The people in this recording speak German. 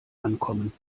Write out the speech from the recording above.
ankommen